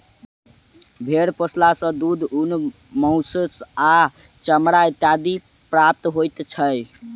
भेंड़ पोसला सॅ दूध, ऊन, मौंस आ चमड़ा इत्यादि प्राप्त होइत छै